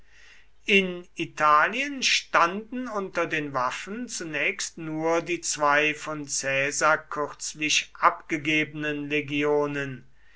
in italien standen unter den waffen zunächst nur die zwei von caesar kürzlich abgegebenen legionen